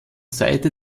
seite